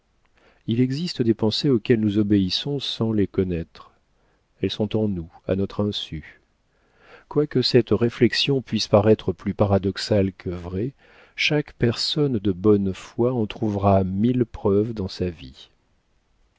il existe des pensées auxquelles nous obéissons sans les connaître elles sont en nous à notre insu quoique cette réflexion puisse paraître plus paradoxale que vraie chaque personne de bonne foi en trouvera mille preuves dans sa vie